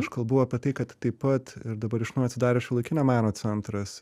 aš kalbu apie tai kad taip pat ir dabar iš naujo atsidarė šiuolaikinio meno centras